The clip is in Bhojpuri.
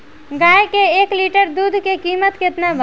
गाय के एक लीटर दुध के कीमत केतना बा?